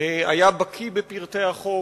היה בקי בפרטי החוק,